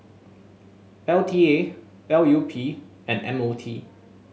L T A L U P and M O T